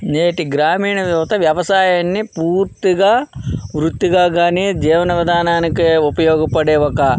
నేటి గ్రామీణ యువత వ్యవసాయాన్ని పూర్తిగా వృత్తిగా కానీ జీవన విధానానికి ఉపయోగపడే ఒక